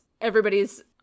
everybody's